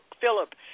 Philip